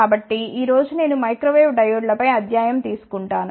కాబట్టి ఈ రోజు నేను మైక్రో వేవ్ డయోడ్ల పై అధ్యాయం తీసుకుంటాను